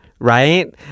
Right